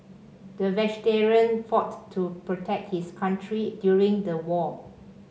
the veteran fought to protect his country during the war